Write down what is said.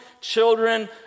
children